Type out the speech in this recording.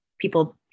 people